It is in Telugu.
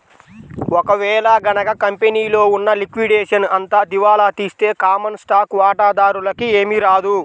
ఒక వేళ గనక కంపెనీలో ఉన్న లిక్విడేషన్ అంతా దివాలా తీస్తే కామన్ స్టాక్ వాటాదారులకి ఏమీ రాదు